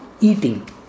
eating